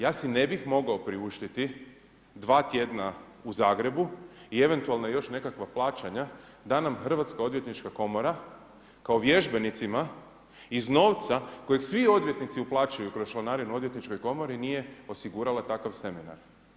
Ja si ne bi mogao priuštiti 2 tjedna u Zagrebu i eventualno još nekakva plaćanja da nam Hrvatska odvjetnička komora kao vježbenicima iz novca kojeg svi odvjetnici uplaćuju kroz članarinu odvjetničkoj komori nije osigurala takav seminar.